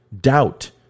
doubt